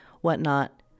whatnot